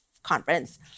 conference